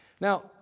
Now